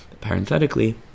Parenthetically